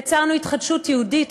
יצרנו התחדשות יהודית,